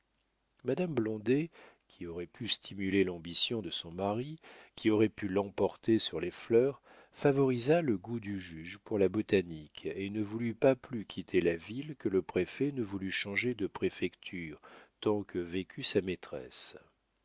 madame blondet qui aurait pu stimuler l'ambition de son mari qui aurait pu l'emporter sur les fleurs favorisa le goût du juge pour la botanique et ne voulut pas plus quitter la ville que le préfet ne voulut changer de préfecture tant que vécut sa maîtresse